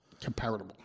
Comparable